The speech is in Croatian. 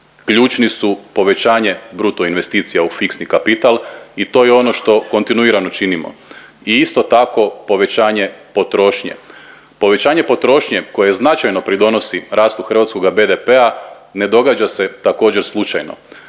Ključni su povećanje bruto investicija u fiksni kapital i to je ono što kontinuirano činimo i isto tako povećanje potrošnje. Povećanje potrošnje koje značajno pridonosi rastu hrvatskoga BDP-a ne događa se također slučajno.